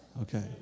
Okay